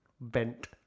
bent